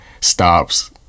stops